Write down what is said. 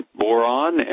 boron